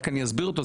רק אני אסביר אותו,